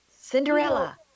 Cinderella